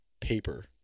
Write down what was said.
paper